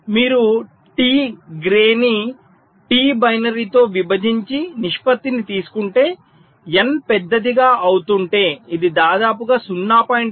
మీరు T Gray ని T బైనరీతో విభజించి నిష్పత్తిని తీసుకుంటే n పెద్దదిగా అవుతుంటే ఇది దాదాపుగా 0